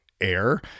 Air